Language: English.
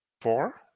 Four